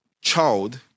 child